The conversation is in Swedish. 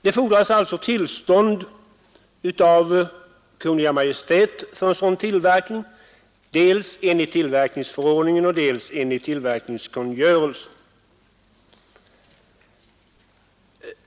Det fordras tillstånd av Kungl. Maj:t för sådan tillverkning dels enligt tillverkningsförordningen, dels enligt tillverkningskungörelsen.